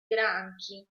granchi